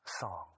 song